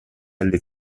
alle